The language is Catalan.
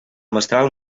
mestral